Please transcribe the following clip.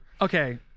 Okay